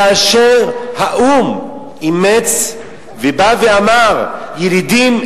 כאשר האו"ם אימץ ובא ואמר: ילידים,